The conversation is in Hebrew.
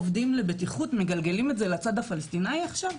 עובדים לבטיחות מגלגלים לצד הפלסטיני עכשיו?